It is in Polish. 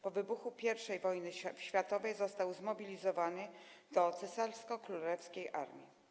Po wybuchu I wojny światowej został zmobilizowany do cesarsko-królewskiej armii.